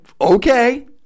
okay